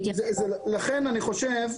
לכן אני חושב,